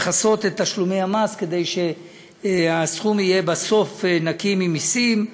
את תשלומי המס, כדי שהסכום יהיה בסוף נקי ממסים.